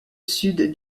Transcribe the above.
sud